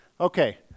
Okay